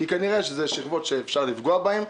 כנראה שאלו שכבות שאפשר לפגוע בהן.